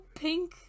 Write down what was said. pink